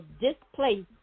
displaced